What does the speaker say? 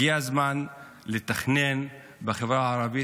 הגיע הזמן לתכנן בחברה הערבית.